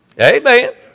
Amen